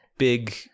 big